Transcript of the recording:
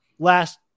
last